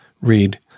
Read